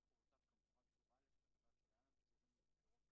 למשל, הסעה - כן.